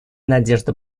надежда